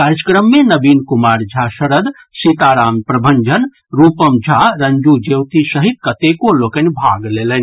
कार्यक्रम मे नवीन कुमार झा शरद सीताराम प्रभंजन रूपम झा रंजू ज्योति सहित कतेको लोकनि भाग लेलनि